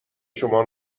شما